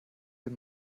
den